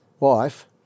Wife